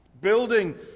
building